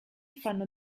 fanno